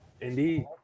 indeed